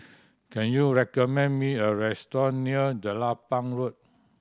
can you recommend me a restaurant near Jelapang Road